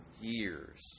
years